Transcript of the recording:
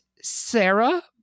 Sarah